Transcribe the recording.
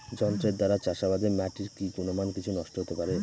যন্ত্রের দ্বারা চাষাবাদে মাটির কি গুণমান কিছু নষ্ট হতে পারে?